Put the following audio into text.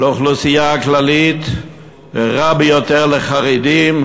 לאוכלוסייה הכללית ורע ביותר לחרדים.